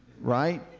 Right